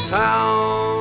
town